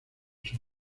sus